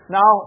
Now